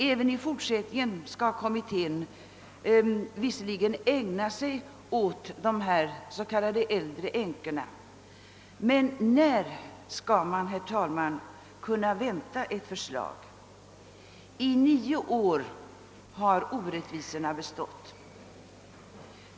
Även i fortsättningen skall kommittén visserligen ägna sig åt dessa s.k. äldre änkor. Men när kan man, herr talman, vänta ett förslag? I nio år har orättvisorna bestått.